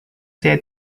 saya